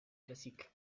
classique